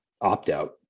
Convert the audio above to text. opt-out